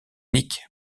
nick